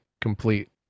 complete